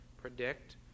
predict